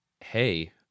hey